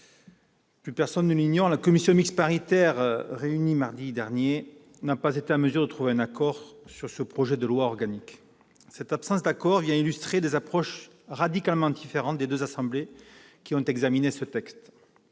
plus personne ne l'ignore, la commission mixte paritaire, réunie mardi dernier, n'a pas été en mesure de trouver un accord sur ce projet de loi organique. Cette absence d'accord illustre des approches radicalement différentes des deux assemblées qui ont examiné ce texte.